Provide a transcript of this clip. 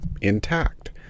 intact